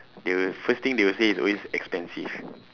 they will first thing they will say is always expensive